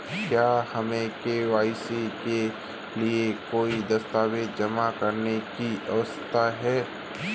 क्या हमें के.वाई.सी के लिए कोई दस्तावेज़ जमा करने की आवश्यकता है?